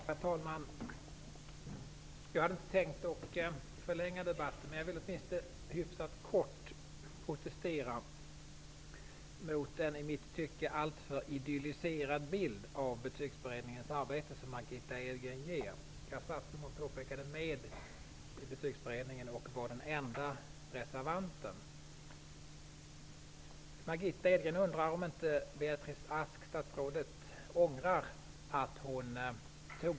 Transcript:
Herr talman! Jag hade inte tänkt att förlänga debatten, men jag vill kort protestera mot den i mitt tycke alltför idylliserade bild av Betygsberedningens arbete som Margitta Edgren ger. Jag satt, som hon påpekade, med i Ask ångrar att hon inte antog Betygsberedningens förslag.